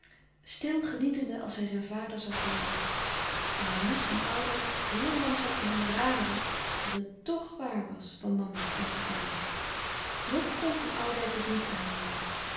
stil genietende als hij zijn vader zag lijden en hij liet van oudijck heel langzaam-aan raden dat het tch waar was van mama en van addy nog kon van oudijck het niet aannemen